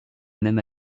même